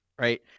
right